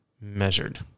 measured